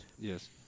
Yes